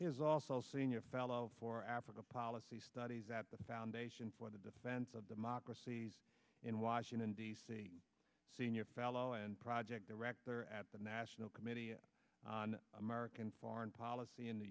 is also senior fellow for africa policy studies at the foundation for the defense of democracies in washington d c senior fellow and project director at the national committee on american foreign policy in new